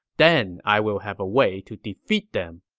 then i will have a way to defeat them.